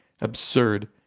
absurd